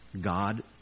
God